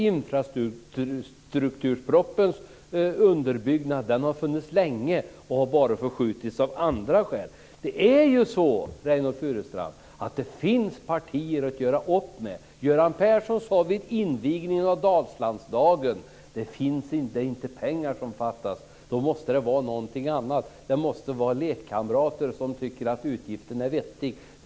Infrastrukturpropositionens underbyggnad har funnits länge, men propositionen har förskjutits av andra skäl. Det är ju så, Reynoldh Furustrand, att det finns partier att göra upp med. Göran Persson sade vid invigningen av Dalslandsdagen att det inte är pengar som fattas. Då måste det vara någonting annat. Det måste vara lekkamrater som tycker att utgiften är vettig som fattas.